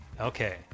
Okay